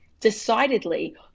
decidedly